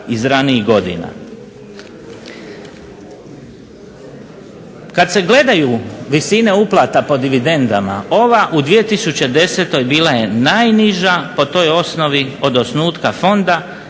Kad se gledaju visine uplata po dividendama ova u 2010. bila je najniža po toj osnovi od osnutka fonda